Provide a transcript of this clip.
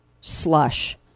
slush